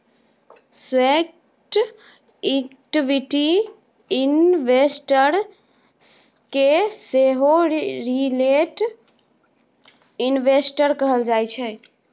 sweat equity investor केँ सेहो retail investor कहल जाइ छै